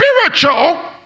spiritual